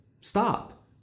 stop